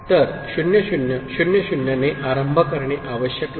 तर 0 0 0 0 ने आरंभ करणे आवश्यक नाही